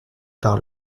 par